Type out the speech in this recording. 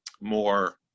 more